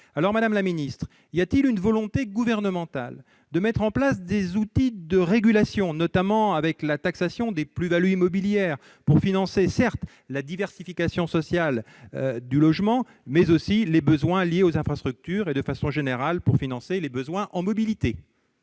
lors, madame la secrétaire d'État, y a-t-il une volonté gouvernementale de mettre en place des outils de régulation, notamment la taxation des plus-values immobilières, pour financer, certes la diversification sociale du logement, mais aussi les besoins liés aux infrastructures et, de manière générale, les besoins en mobilité ?